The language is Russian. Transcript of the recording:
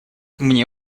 мне